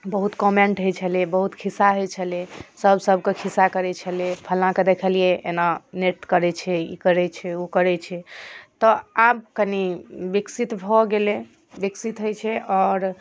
बहुत कॉमेन्ट होइत छलै बहुत खिस्सा होइत छलै सभ सभकऽ खिस्सा करैत छलै फलना कऽ देखलियै एना नृत्य करैत छै ई करैत छै ओ करैत छै तऽ आब कनि बिकसित भऽ गेलै बिकसित होइत छै आओर